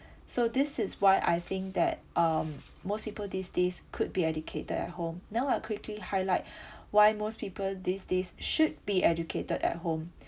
so this is why I think that um most people these days could be educated at home now I'll quickly highlight why most people these days should be educated at home